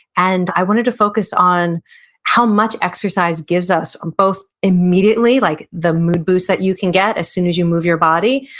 and i wanted to focus on how much exercise gives us, um both immediately, like the mood boost that you can get as soon as you move your body,